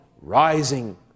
rising